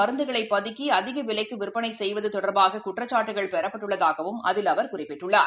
மருந்துகளைபதுக்கிஅதிகவிலைக்குவிற்பனைசெய்வதுதொடர்பாககுற்றச்சாட்டுகள் இதுபோன்றசூழலில் பெறப்பட்டுள்ளதாகவும் அதில் அவர் குறிப்பிட்டுள்ளார்